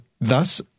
Thus